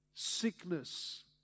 Sickness